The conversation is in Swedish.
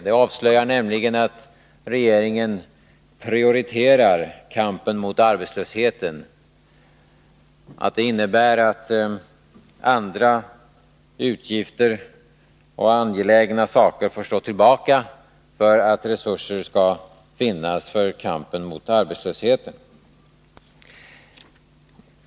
Det avslöjar nämligen att regeringen prioriterar kampen mot arbetslösheten, vilket innebär att utgifter för andra angelägna saker får stå tillbaka för att resurser skall finnas för att bekämpa arbetslösheten.